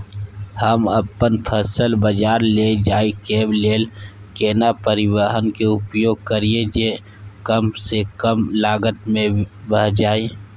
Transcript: हम अपन फसल बाजार लैय जाय के लेल केना परिवहन के उपयोग करिये जे कम स कम लागत में भ जाय?